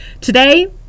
today